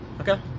Okay